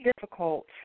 difficult